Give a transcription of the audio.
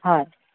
হয়